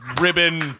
Ribbon